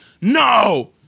no